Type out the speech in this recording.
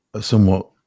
somewhat